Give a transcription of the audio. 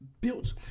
built